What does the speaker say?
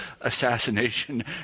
assassination